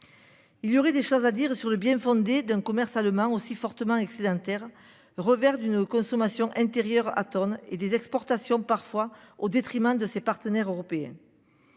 Il y aurait des choses à dire sur le bien fondé d'un commerce demain aussi fortement excédentaire revers d'une consommation intérieure atone et des exportations parfois au détriment de ses partenaires européens.